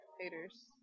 Haters